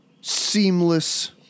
Seamless